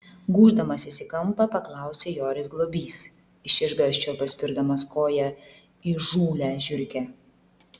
gūždamasis į kampą paklausė joris globys iš išgąsčio paspirdamas koja įžūlią žiurkę